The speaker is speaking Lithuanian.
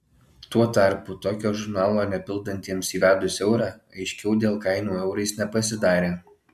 tuo tarpu tokio žurnalo nepildantiems įvedus eurą aiškiau dėl kainų eurais nepasidarė